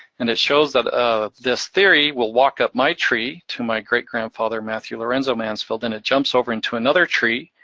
and it shows that this theory will walk up my tree, to my great-grandfather matthew lorenzo mansfield. then it jumps over into another tree,